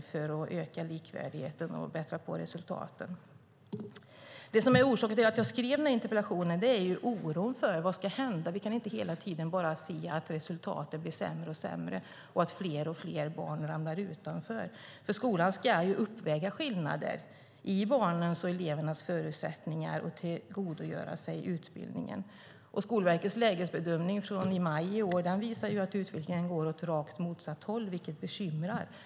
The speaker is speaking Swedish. Orsaken till att jag skrev interpellationen är oron för vad som ska hända. Skolan ska ju uppväga skillnader i elevernas förutsättningar så att de kan tillgodogöra sig utbildningen. Skolverkets lägesbedömning från maj i år visar att utvecklingen går åt rakt motsatt håll, vilket bekymrar.